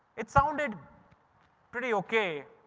it sounded pretty okay.